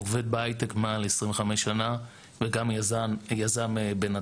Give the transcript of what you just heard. עובד בהייטק מעל 25 שנה, וגם יזם בנדל"ן.